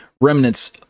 remnants